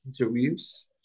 interviews